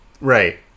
Right